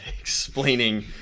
explaining